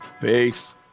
Peace